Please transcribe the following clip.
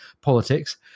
politics